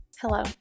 Hello